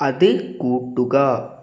അത് കൂട്ടുക